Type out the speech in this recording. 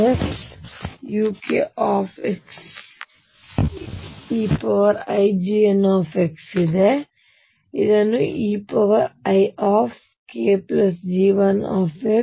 ನಾನು ಇದನ್ನು eikG1xnuneix ಗೆ ಸಮನಾಗಿ ಬರೆಯಬಲ್ಲೆ